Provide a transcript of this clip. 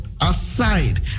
aside